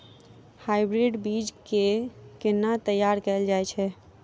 Hybrid बीज केँ केना तैयार कैल जाय छै?